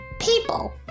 people